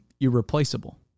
irreplaceable